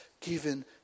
given